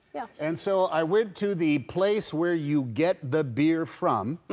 yeah and so i went to the place where you get the beer from.